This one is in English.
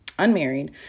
unmarried